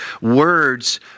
words